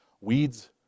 weeds